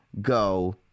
go